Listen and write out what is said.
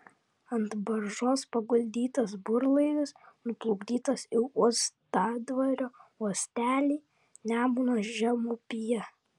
ant baržos paguldytas burlaivis nuplukdytas į uostadvario uostelį nemuno žemupyje